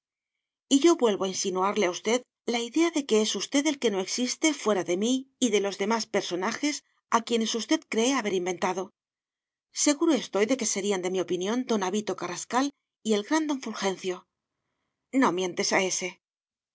yo vuelvo a insinuarle a usted la idea de que es usted el que no existe fuera de mí y de los demás personajes a quienes usted cree haber inventado seguro estoy de que serían de mi opinión don avito carrascal y el gran don fulgencio no mientes a ese